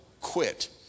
quit